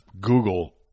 Google